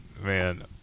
Man